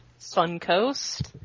Suncoast